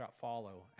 follow